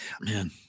Man